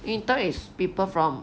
you interact with people from